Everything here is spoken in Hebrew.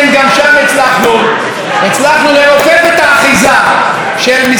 הצלחנו לרופף את האחיזה של משרד התרבות במאגר